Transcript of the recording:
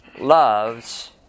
loves